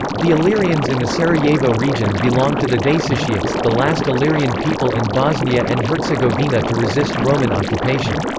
the illyrians in the sarajevo region belonged to the daesitiates, the last illyrian people in bosnia and herzegovina to resist roman occupation.